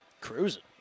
Cruising